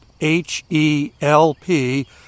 H-E-L-P